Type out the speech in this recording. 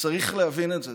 צריך להבין את זה.